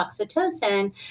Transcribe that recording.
oxytocin